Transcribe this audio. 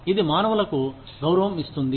ఇది మానవులకు గౌరవం ఇస్తుంది